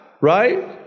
right